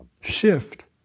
shift